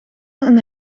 een